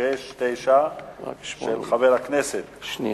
עברה כבר חצי שנה,